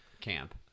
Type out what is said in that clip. camp